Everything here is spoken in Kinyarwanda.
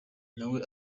nawe